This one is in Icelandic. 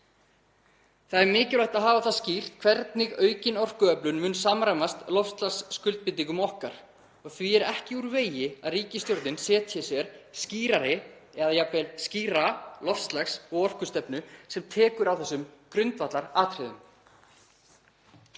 Það er mikilvægt að hafa það skýrt hvernig aukin orkuöflun mun samræmast loftslagsskuldbindingum okkar og því er ekki úr vegi að ríkisstjórnin setji sér skýrari eða jafnvel skýra loftslags- og orkustefnu sem tekur á þessum grundvallaratriðum.